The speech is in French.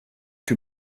que